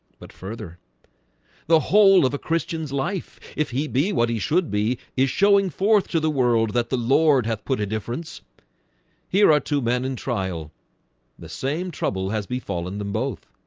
but further the whole of a christians life if he be what he should be is showing forth to the world that the lord hath put a difference here are two men in trial the same trouble has befallen them both.